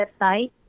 website